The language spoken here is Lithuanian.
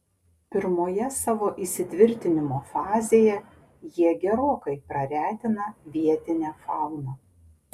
pirmoje savo įsitvirtinimo fazėje jie gerokai praretina vietinę fauną